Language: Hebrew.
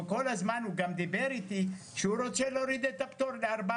וכל הזמן הוא גם דיבר איתי שהוא רוצה להוריד את הפטור ל-400.